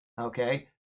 okay